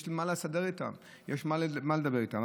יש מה לסדר בהם, יש מה לדבר איתם.